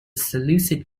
seleucid